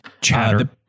Chatter